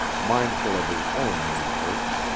mindful of his own many hurts,